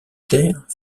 terre